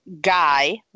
Guy